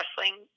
wrestling